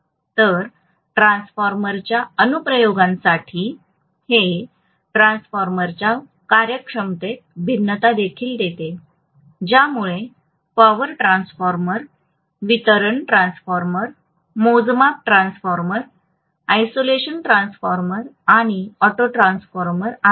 तर ट्रान्सफॉर्मरच्या अनुप्रयोगांसाठी हे ट्रान्सफॉर्मरच्या कार्यक्षमतेत भिन्नता देखील देते ज्यामुळे पॉवर ट्रान्सफॉर्मर वितरण ट्रान्सफॉर्मर मोजमाप ट्रान्सफॉर्मर आयसोलेशन ट्रान्सफॉर्मर आणि ऑटो ट्रान्सफॉर्मर आहेत